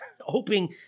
hoping